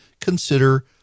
consider